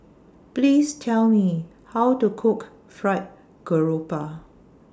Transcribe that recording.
Please Tell Me How to Cook Fried Garoupa